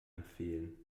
empfehlen